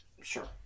Sure